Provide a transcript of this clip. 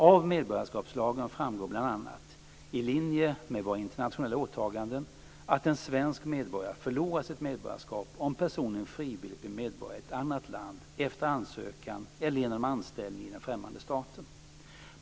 Av medborgarskapslagen framgår bl.a., i linje med våra internationella åtaganden, att en svensk medborgare förlorar sitt medborgarskap om personen frivilligt blir medborgare i ett annat land efter ansökan eller genom anställning i den främmande staten.